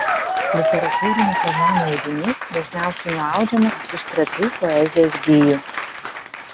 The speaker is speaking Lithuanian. literatūrinių programų audinys dažniausiai nuaudžiamas iš trapių poezijos gijų